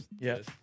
Yes